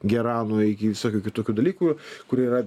geranų iki visokių kitokių dalykų kurie yra